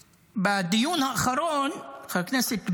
בדיון האחרון שאל אותם חבר הכנסת ביטן,